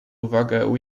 uwagę